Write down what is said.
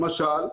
למשל,